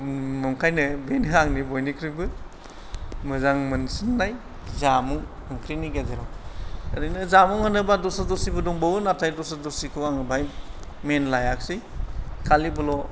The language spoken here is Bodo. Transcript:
ओंखायनो बेनो आंनि बयनिख्रुइबो मोजां मोनसिननाय जामुं ओंख्रिनि गेजेराव ओरैनो जामुं होनोबा दस्रा दस्रिबो दंबावो नाथाय दस्रा दस्रिखौ आङो बेहाय मेन लायाखिसै खालि बिल'